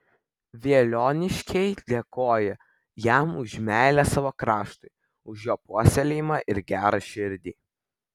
veliuoniškiai dėkoja jam už meilę savo kraštui už jo puoselėjimą ir gerą širdį